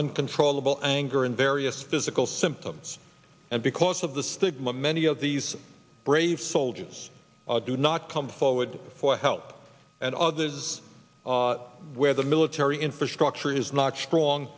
uncontrollable anger in various physical symptoms and because of the stigma many of these brave soldiers do not come forward for help and others where the military infrastructure is not strong